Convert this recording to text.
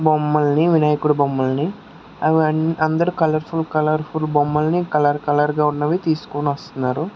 మమ్మల్ని వినాయకుడు బొమ్మల్ని అవి అందరు కలర్ఫుల్ కలర్ఫుల్ బొమ్మల్ని కలర్ కలర్గా ఉన్నవి తీస్కొని వస్తున్నారు